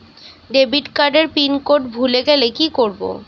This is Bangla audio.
ডেবিটকার্ড এর পিন কোড ভুলে গেলে কি করব?